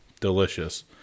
delicious